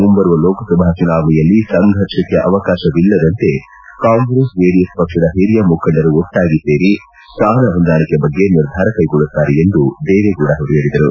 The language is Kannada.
ಮುಂಬರುವ ಲೋಕಸಭಾ ಚುನಾವಣೆಯಲ್ಲಿ ಸಂಫರ್ಷಕ್ಕೆ ಅವಕಾಶವಿಲ್ಲದಂತೆ ಕಾಂಗ್ರೆಸ್ ಜೆಡಿಎಸ್ ಪಕ್ಷದ ಹಿರಿಯ ಮುಖಂಡರು ಒಟ್ಟಾಗಿ ಸೇರಿ ಸ್ಟಾನ ಹೊಂದಾಣಿಕೆ ಬಗ್ಗೆ ನಿರ್ಧಾರ ಕೈಗೊಳ್ಳುತ್ತಾರೆ ಎಂದು ದೇವೇಗೌಡ ಅವರು ಹೇಳಿದರು